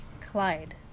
Clyde